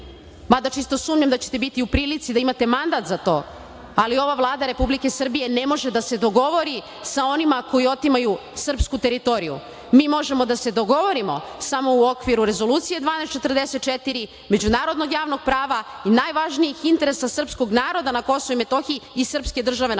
mada čisto sumnjam da ćete biti u prilici da imate mandat za to, ali ova Vlada Republike Srbije ne može da se dogovori sa onima koji otimaju srpsku teritoriju. Mi možemo da se dogovorimo samo u okviru Rezolucije 1244, međunarodnog javnog prava i najvažnijih interesa srpskog naroda na KiM i srpske države na KiM.